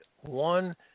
one